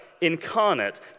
incarnate